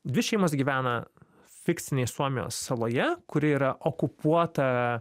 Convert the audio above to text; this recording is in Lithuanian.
dvi šeimos gyvena fikcinėj suomijos saloje kuri yra okupuota